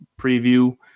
preview